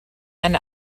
and